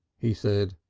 he said.